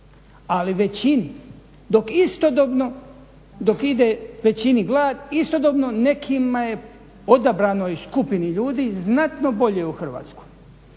istodobno dok ide većini glad istodobno nekima je odabranoj skupini ljudi znatno bolje u Hrvatskoj.